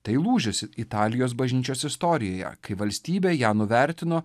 tai lūžis italijos bažnyčios istorijoje kai valstybė ją nuvertino